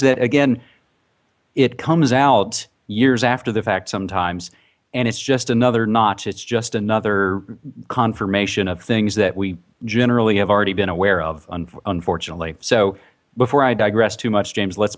that again it comes out years after the fact sometimes and it's just another notch it's just another confirmation of things that we generally have already been aware of unfortunately so before i digress too much